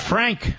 Frank